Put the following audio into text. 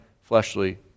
fleshly